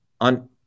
on